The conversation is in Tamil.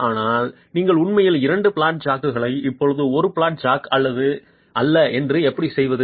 ஆனால் நீங்கள் உண்மையில் இரண்டு பிளாட் ஜாக்குகளை இப்போது ஒரு பிளாட் ஜாக் அல்ல என்று எப்படி செய்வது